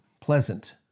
pleasant